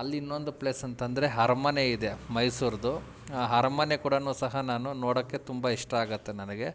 ಅಲ್ಲಿ ಇನ್ನೊಂದು ಪ್ಲೇಸ್ ಅಂತಂದರೆ ಅರ್ಮನೆ ಇದೆ ಮೈಸೂರ್ದು ಆ ಅರ್ಮನೆ ಕೂಡ ಸಹ ನಾನು ನೋಡೋಕ್ಕೆ ತುಂಬ ಇಷ್ಟ ಆಗತ್ತೆ ನನಗೆ